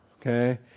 Okay